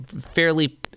fairly